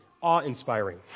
awe-inspiring